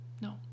No